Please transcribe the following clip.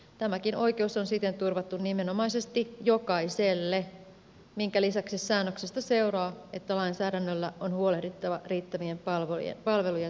tämäkin oikeus on siten turvattu nimenomaisesti jokaiselle minkä lisäksi säännöksistä seuraa että lainsäädännöllä on huolehdittava riittävien palvelujen turvaamisesta